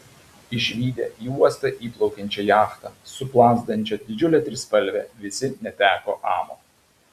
išvydę į uostą įplaukiančią jachtą su plazdančia didžiule trispalve visi neteko amo